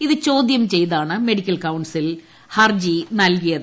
ഇത് ചോദ്യം ചെയ്താണ് മെഡിക്കൽ കൌൺസിൽ ഹർജി നൽകിയത്